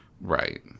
Right